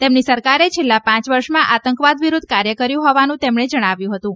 તેમની સરકારે છેલ્લા પ વર્ષમાં આતંકવાદ વિરૂદ્વ કાર્ય કર્યું હોવાનું જણાવ્યું હતું